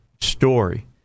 story